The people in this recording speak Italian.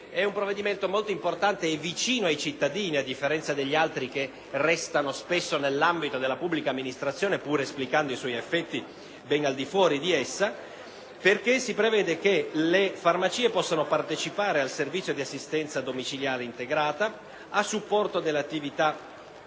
È una norma molto importante e vicina ai cittadini, a differenza di altre che restano spesso nell'ambito della pubblica amministrazione, pur esplicando i suoi effetti ben al di fuori di essa, perché si prevede che le farmacie possano partecipare al servizio di assistenza domiciliare integrata a supporto dell'attività del